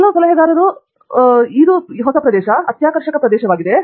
ಕೆಲವು ಸಲಹೆಗಾರರು ನಿಮಗೆ ಗೊತ್ತಾ ಓದಲು ಹೋಗಿ ಇದು ಹೊಸ ಪ್ರದೇಶ ಅತ್ಯಾಕರ್ಷಕ ಪ್ರದೇಶವಾಗಿದೆ